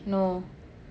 no